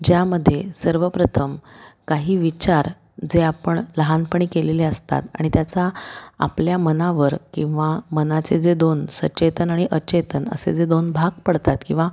ज्यामध्ये सर्वप्रथम काही विचार जे आपण लहानपणी केलेले असतात आणि त्याचा आपल्या मनावर किंवा मनाचे जे दोन सचेतन आणि अचेतन असे जे दोन भाग पडतात किंवा